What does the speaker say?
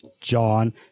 John